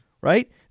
Right